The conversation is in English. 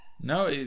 No